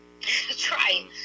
Try